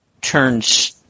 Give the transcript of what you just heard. turns